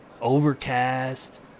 Overcast